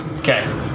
Okay